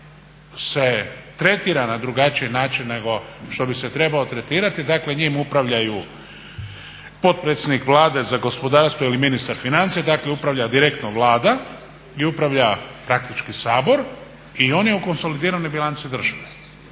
DAB tretira na drugačiji način nego što bi se trebao tretirati dakle njim upravljaju potpredsjednik Vlade za gospodarstvo ili ministar financija dakle upravlja direktno Vlada i upravlja praktički Sabor i on je u konsolidiranoj bilanci države.